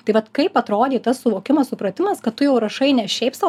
tai vat kaip atrodė tas suvokimas supratimas kad tu jau rašai ne šiaip sau